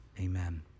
amen